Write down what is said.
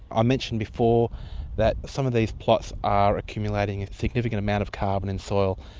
i mentioned before that some of these plots are accumulating a significant amount of carbon in soil,